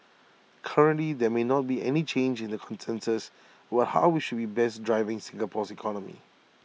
currently there may not be any change in the consensus about how we should be best driving Singapore's economy